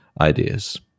ideas